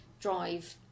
drive